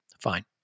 Fine